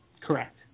Correct